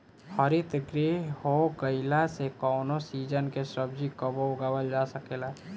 हरितगृह हो गईला से कवनो सीजन के सब्जी कबो उगावल जा सकेला